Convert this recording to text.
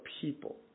people